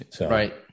Right